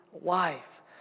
life